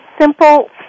simple